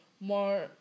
more